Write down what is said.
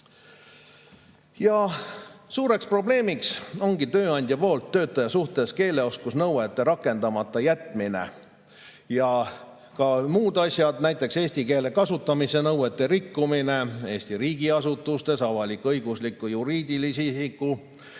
Suur probleem ongi tööandja poolt töötaja suhtes keeleoskusnõuete rakendamata jätmine. Ka muud asjad, näiteks eesti keele kasutamise nõuete rikkumine Eesti riigiasutustes, avalik-õiguslikes juriidiliste